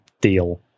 deal